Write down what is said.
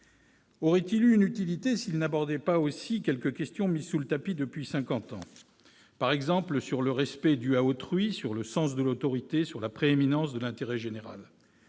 Aura-t-il eu une utilité s'il n'aborde pas aussi quelques questions mises sous le tapis depuis cinquante ans ? Par exemple, sur le respect dû à autrui, sur le sens de l'autorité, sur la prééminence de l'intérêt général ?